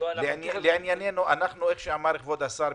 כבוד השר,